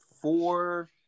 four